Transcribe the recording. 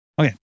Okay